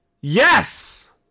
yes